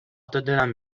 ﺩﻟﻢ